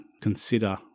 consider